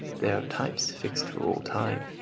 they are types fixed for all time.